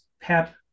PEP